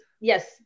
yes